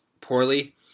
poorly